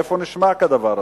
איפה נשמע כדבר הזה?